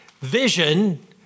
vision